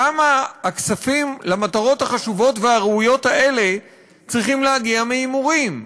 למה הכספים למטרות החשובות והראויות האלה צריכים להגיע מהימורים?